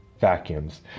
vacuums